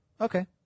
Okay